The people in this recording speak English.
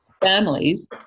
families